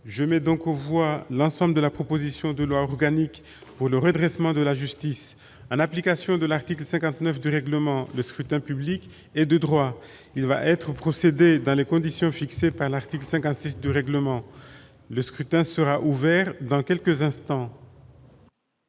commission, modifié, l'ensemble de la proposition de loi organique pour le redressement de la justice. En application de l'article 59 du règlement, le scrutin public ordinaire est de droit. Il va y être procédé dans les conditions fixées par l'article 56 du règlement. Le scrutin est ouvert. Personne ne demande